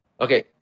okay